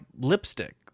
lipstick